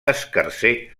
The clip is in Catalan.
escarser